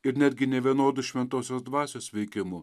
ir netgi nevienodu šventosios dvasios veikimu